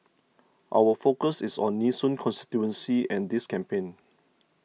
our focus is on Nee Soon constituency and this campaign